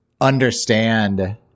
understand